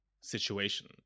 situation